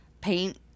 Paint